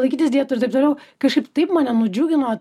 laikytis dietų ir taip toliau kažkaip taip mane nudžiugino